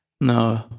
No